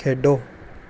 ਖੇਡੋ